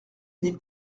des